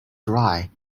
dry